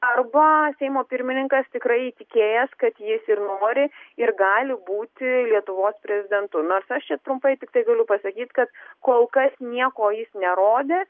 arba seimo pirmininkas tikrai įtikėjęs kad jis ir nori ir gali būti lietuvos prezidentu nors aš čia trumpai tiktai galiu pasakyt kad kol kas nieko jis nerodė